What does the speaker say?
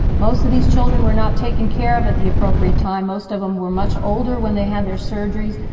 most of these children were not taken care of at the appropriate time, most of them were much older when they had their surgeries,